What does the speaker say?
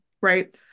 right